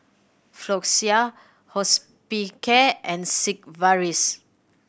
Floxia Hospicare and Sigvaris